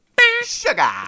Sugar